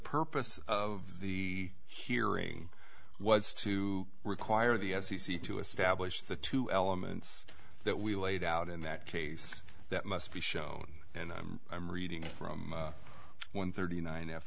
purpose of the hearing was to require the f c c to establish the two elements that we laid out in that case that must be shown and i'm i'm reading from one thirty nine